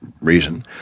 reason